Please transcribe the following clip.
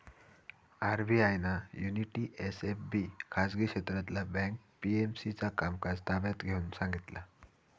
RBI ना Unity SFB खाजगी क्षेत्रातला बँक पी.एम.सी चा कामकाज ताब्यात घेऊन सांगितला